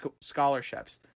scholarships